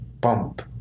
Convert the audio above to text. pump